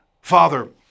Father